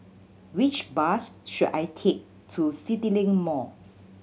which bus should I take to CityLink Mall